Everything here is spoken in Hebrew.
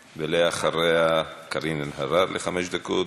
אחריה, קארין אלהרר, חמש דקות,